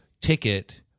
ticket